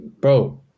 bro